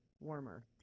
warmer